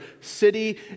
city